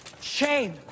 Shame